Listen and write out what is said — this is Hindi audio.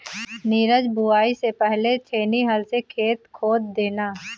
नीरज बुवाई से पहले छेनी हल से खेत खोद देना